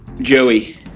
Joey